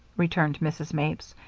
returned mrs. mapes.